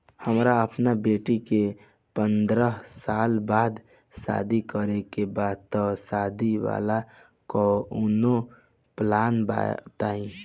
हमरा अपना बेटी के पंद्रह साल बाद शादी करे के बा त शादी वाला कऊनो प्लान बताई?